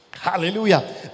hallelujah